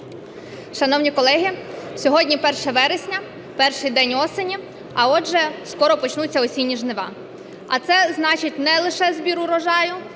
Шановні колеги, сьогодні 1 вересня – перший день осені, а, отже, скоро почнуться осінні жнива, а це значить не лише збір урожаю,